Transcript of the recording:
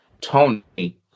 Tony